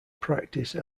practice